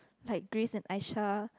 like Grace and Aisha